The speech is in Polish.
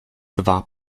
dwa